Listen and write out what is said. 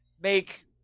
make